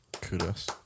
Kudos